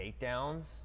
takedowns